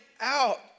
out